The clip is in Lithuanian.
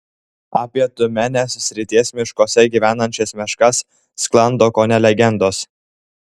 apie tiumenės srities miškuose gyvenančias meškas sklando kone legendos